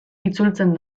itzultzen